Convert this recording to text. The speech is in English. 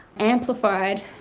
amplified